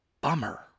Bummer